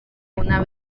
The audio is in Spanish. una